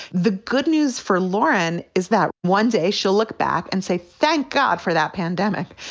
the good news for lauren is that one day she'll look back and say, thank god for that pandemic,